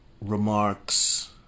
remarks